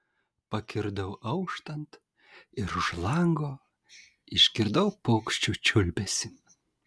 pakirdau auštant ir už lango išgirdau paukščių čiulbesį